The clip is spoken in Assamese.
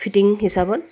ফিটিং হিচাপত